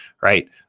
right